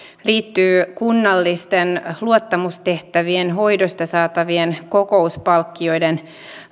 liittyy kunnallisten luottamustehtävien hoidosta saatavien kokouspalkkioiden